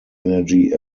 energy